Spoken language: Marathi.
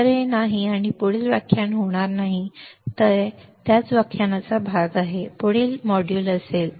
तर हे नाही आणि हे पुढील व्याख्यान होणार नाही ते त्याच व्याख्यानाचा भाग असेल परंतु पुढील मॉड्यूल असेल